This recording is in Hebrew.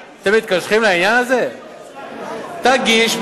בניין או אולם בית-הכנסת גם כבית-מדרש